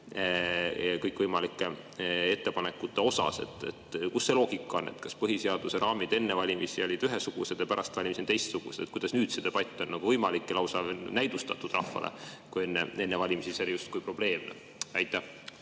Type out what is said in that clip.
kõikvõimalike ettepanekute osas? Kus see loogika on? Kas põhiseaduse raamid enne valimisi olid ühesugused ja pärast valimisi on teistsugused? Kuidas nüüd see debatt on võimalik ja lausa näidustatud rahvale, kui enne valimisi see oli justkui probleemne? Aitäh!